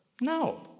No